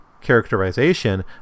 characterization